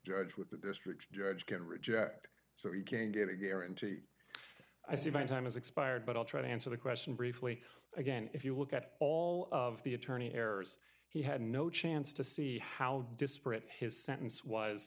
judge what the district judge can reject so you can get a guarantee i see my time is expired but i'll try to answer the question briefly again if you look at all of the attorney errors he had no chance to see how disparate his sentence w